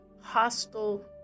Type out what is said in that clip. hostile